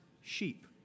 sheep